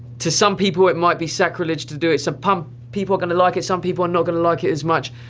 to some people it might be sacrilege to do it. some um people are going to like it, some people are not going to like it as much,